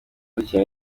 dukina